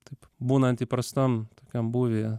taip būnant įprastam tokiam būvyje